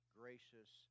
gracious